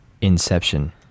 Inception